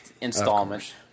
installment